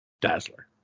Dazzler